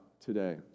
today